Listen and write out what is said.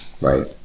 Right